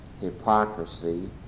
hypocrisy